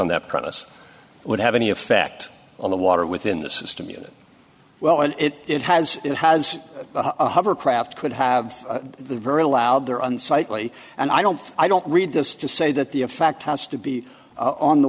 promise would have any effect on the water within the system unit well it has it has a hovercraft could have the very loud they're unsightly and i don't i don't read this to say that the a fact has to be on the